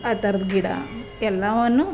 ಆ ಥರದ್ದು ಗಿಡ ಎಲ್ಲವನ್ನು